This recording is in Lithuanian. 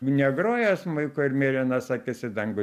negroja smuiku ir mėlynas akis į dangų